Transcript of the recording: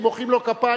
אם מוחאים לו כפיים,